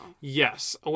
Yes